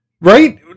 Right